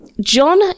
John